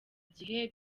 gihe